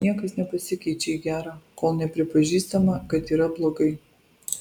niekas nepasikeičia į gerą kol nepripažįstama kad yra blogai